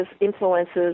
influences